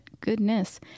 Goodness